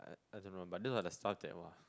I I don't know but don't have to stuff that !wah!